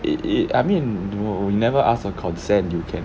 it it I mean you know we never ask for consent you can